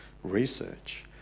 research